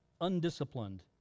undisciplined